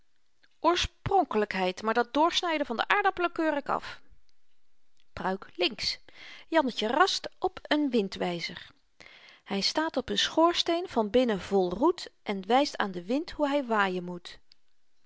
oorspronkelykheid maar dat doorsnyden van de aardappelen keur ik af pruik links jannetje rast op een windwyzer hy staat op een schoorsteen van binnen vol roet en wyst aan den wind hoe hy waaien moet